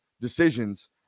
decisions